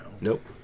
Nope